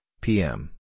PM